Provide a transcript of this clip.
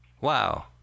Wow